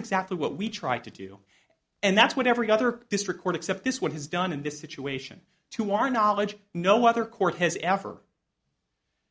exactly what we try to do and that's what every other district court except this one has done in this situation to our knowledge no other court has ever